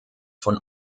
von